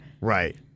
Right